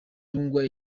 lwanga